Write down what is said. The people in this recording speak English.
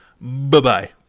bye-bye